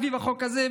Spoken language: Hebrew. סביב החוק הזה,